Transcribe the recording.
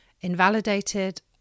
invalidated